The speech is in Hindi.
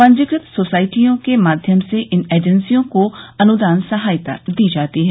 पंजीकृत सोसाइटियों के माध्यम से इन एजेंसियों को अनुदान सहायता दी जाती है